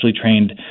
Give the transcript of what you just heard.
trained